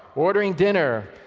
ordering dinner,